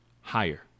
higher